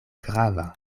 grava